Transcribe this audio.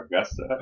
Augusta